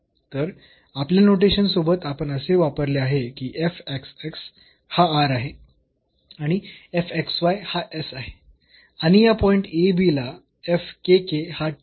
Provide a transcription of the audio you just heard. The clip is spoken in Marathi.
तर आपल्या नोटेशन सोबत आपण असे वापरले आहे की हा r आहे आणि हा s आहे आणि या पॉईंट ला हा t आहे